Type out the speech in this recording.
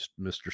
Mr